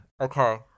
Okay